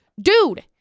dude